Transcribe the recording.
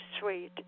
sweet